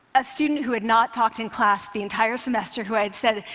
a student who had not talked in class the entire semester, who i had said,